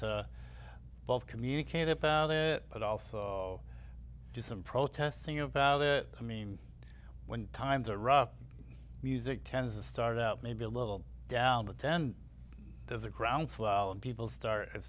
to both communicate about it but also to some protesting about it i mean when times are rough music tends to start out maybe a little down but then there's a groundswell and people start it